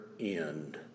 end